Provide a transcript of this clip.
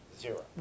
zero